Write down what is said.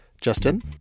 Justin